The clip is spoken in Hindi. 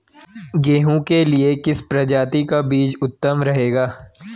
गेहूँ के लिए किस प्रजाति का बीज उत्तम रहेगा?